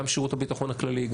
גם שירות הביטחון הכללי,